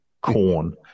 corn